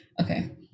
Okay